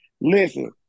Listen